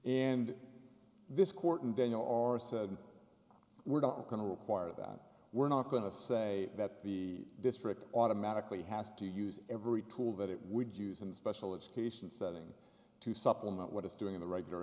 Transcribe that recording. and this court and venue are said we're not going to require that we're not going to say that the district automatically has to use every tool that it would use in special education setting to supplement what is doing the regular